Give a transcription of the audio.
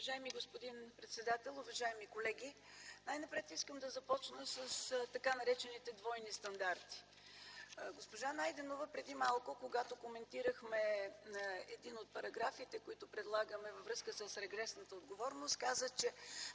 Уважаеми господин председател, уважаеми колеги! Най-напред искам да започна с така наречените двойни стандарти. Госпожа Найденова преди малко, когато коментирахме един от параграфите, които предлагаме във връзка с регресната отговорност, каза, че